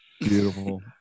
Beautiful